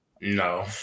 No